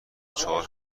چهار